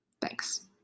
Thanks